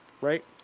right